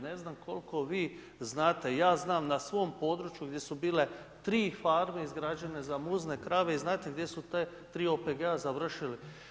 Ne znam koliko vi znate, ja znam na svom području gdje su bile 3 farme izgrađene za muzne krave i znate gdje su ta tro OPG-a završili?